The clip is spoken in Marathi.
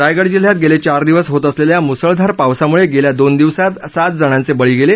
रायगड जिल्ह्यात गेले चार दिवस होत असलेल्या मुसळधार पावसामुळे गेल्या दोन दिवसात सात जणांचे बळी गेले